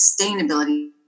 sustainability